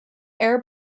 air